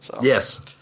Yes